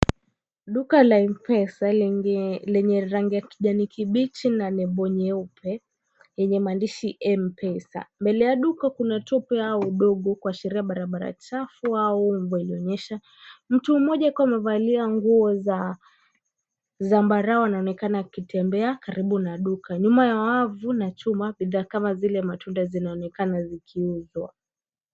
Duka la M-Pesa lenye rangi ya kijani kibichi na nembo nyeupe, yenye maandishi M-Pesa. Mbele ya duka kuna tope au udongo kuashiria barabara chafu au mvua iliyonyesha. Mtu mmoja akiwa amevalia nguo za zambarau anaonekana akitembea karibu na duka. Nyuma ya wavu na chuma, bidhaa kama vile matunda zinaonekana zikiuzwa.